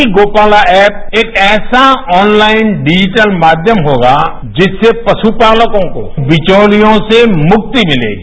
ई Gopala app एकऐसा online digital माध्यम होगा जिससे पशुपालकों को बिचौलियों से मुक्ति मिलेगी